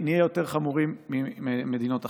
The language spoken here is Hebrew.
נהיה יותר חמורים ממדינות אחרות.